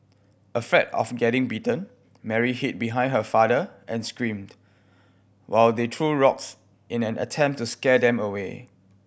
afraid of getting bitten Mary hid behind her father and screamed while they threw rocks in an attempt to scare them away